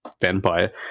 vampire